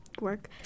work